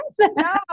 No